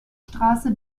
straße